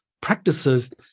practices